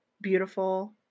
beautiful